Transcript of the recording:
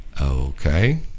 Okay